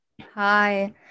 Hi